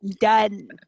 done